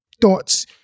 thoughts